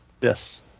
Yes